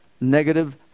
negative